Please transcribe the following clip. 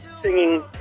singing